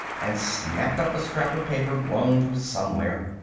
and snapped up a scrap of paper blown from somewhere.